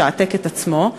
משעתק את עצמו,